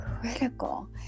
critical